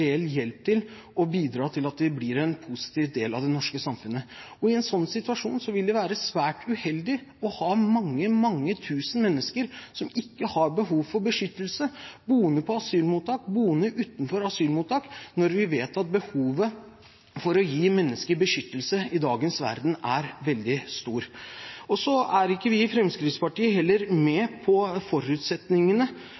hjelp til og bidra til at blir en positiv del av det norske samfunnet. I en slik situasjon vil det være svært uheldig å ha mange, mange tusen mennesker som ikke har behov for beskyttelse, boende på asylmottak, boende utenfor asylmottak, når vi vet at behovet for å gi mennesker beskyttelse i dagens verden er veldig stort. Så er vi i Fremskrittspartiet heller ikke med